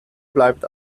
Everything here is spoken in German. bleibt